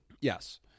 Yes